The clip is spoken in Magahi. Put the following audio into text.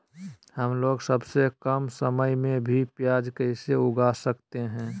हमलोग सबसे कम समय में भी प्याज कैसे उगा सकते हैं?